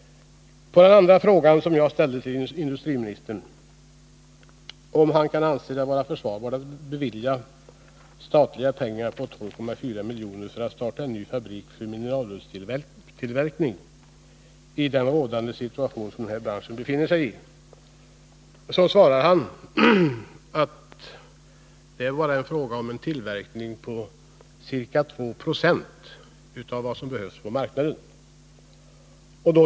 På den andra frågan jag ställde till industriministern, om han anser det försvarbart att bevilja 12,4 miljoner av statliga medel för att starta en ny fabrik för mineralullstillverkning i den situation denna bransch befinner sig i, svarar industriministern att det bara är fråga om en tillverkning på ca 2 90 av behovet på marknaden.